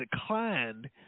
declined